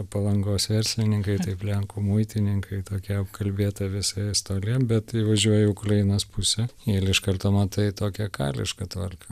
palangos verslininkai taip lenkų muitininkai tokia apkalbėta visa istorija bet įvažiuoji į ukrainos pusę ir iš karto matai tokią karišką tvarką